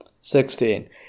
Sixteen